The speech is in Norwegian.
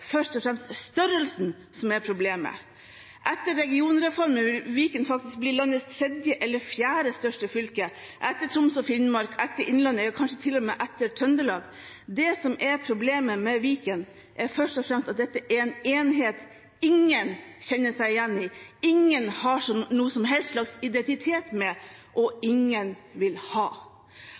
først og fremst størrelsen som er problemet. Etter regionreformen vil Viken faktisk bli landets tredje eller fjerde største fylke etter Troms og Finnmark, etter Innlandet – ja, kanskje til og med etter Trøndelag. Det som er problemet med Viken, er først og fremst at dette er en enhet ingen kjenner seg igjen i, ingen har noen som helst slags identitet med og ingen vil ha.